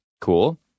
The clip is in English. Cool